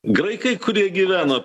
graikai kurie gyveno